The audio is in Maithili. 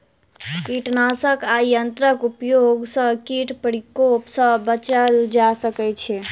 कीटनाशक आ यंत्रक उपयोग सॅ कीट प्रकोप सॅ बचल जा सकै छै